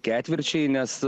ketvirčiai nes